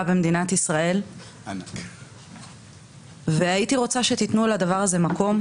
במדינת ישראל והייתי רוצה שתתנו לדבר הזה מקום